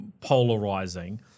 polarizing